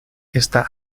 esta